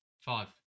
Five